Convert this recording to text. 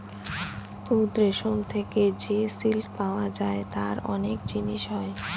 তুত রেশম থেকে যে সিল্ক পাওয়া যায় তার অনেক জিনিস হয়